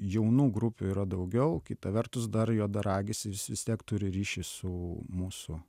jaunų grupių yra daugiau kita vertus dar juodaragis jis vis tiek turi ryšį su mūsų